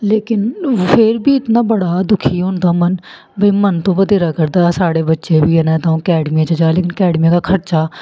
लेकिन फिर बी इतना बड़ा दुखी होंदा मन भाई मन तू बत्थेरा करदा साढ़े बच्चे बी इनें अकैडमी च जान अकैडमी दा खर्चा